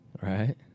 Right